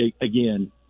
again